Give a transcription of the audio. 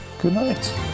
Goodnight